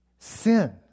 Sin